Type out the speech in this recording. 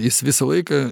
jis visą laiką